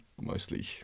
mostly